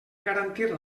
garantir